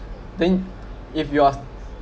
then if you are